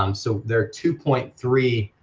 um so there are two point three